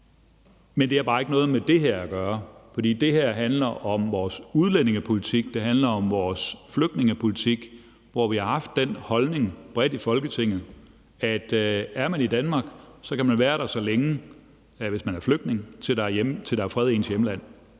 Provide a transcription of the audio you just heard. Men det har bare ikke noget med det her at gøre, for det her handler om vores udlændingepolitik; det handler om vores flygtningepolitik, hvor vi har haft den holdning bredt i Folketinget, at er man i Danmark, hvis man er flygtning, kan man være der, til der er fred i ens hjemland